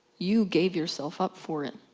you gave yourself up for it.